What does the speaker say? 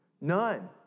None